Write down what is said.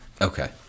okay